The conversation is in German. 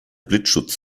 blitzschutz